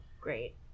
great